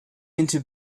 into